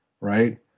right